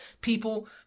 people